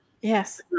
Yes